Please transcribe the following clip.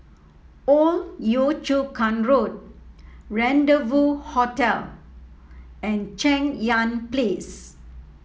Old Yio Chu Kang Road Rendezvous Hotel and Cheng Yan Place